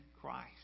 Christ